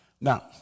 Now